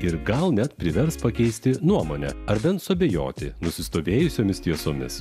ir gal net privers pakeisti nuomonę ar bent suabejoti nusistovėjusiomis tiesomis